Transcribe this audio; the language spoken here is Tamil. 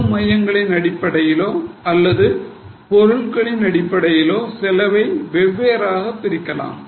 செலவு மையங்களின் அடிப்படையிலோ அல்லது அடிப்படை பொருட்களின் விலையோ செலவை வெவ்வேறாக பிரிக்கலாம்